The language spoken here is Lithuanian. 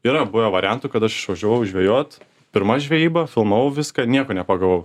yra buvę variantų kad aš išvažiavau žvejot pirma žvejyba filmavau viską nieko nepagavau